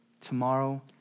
tomorrow